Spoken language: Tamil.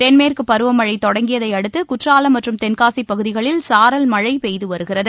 தென்மேற்கு பருவமழை தொடங்கியதையடுத்து குற்றாலம் மற்றும் தென்காசி பகுதிகளில் சாரல் மழை பெய்து வருகிறது